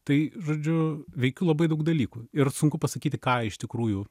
tai žodžiu veikiu labai daug dalykų ir sunku pasakyti ką iš tikrųjų